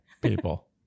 people